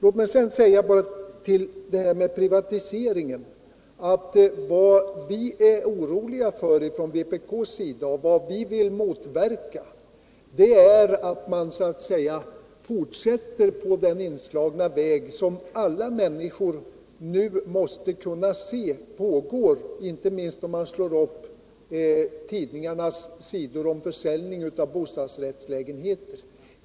Låt mig sedan mot talet om privatiseringen säga att vad vi inom vpk är oroliga över och vill motverka är en fortsättning på den inslagna vägen, som alla människor nu måste kunna se, inte minst om de slår upp tidningarnas annonssidor om försäljning av bostadsrättslägenheter.